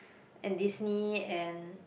and Disney and